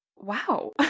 wow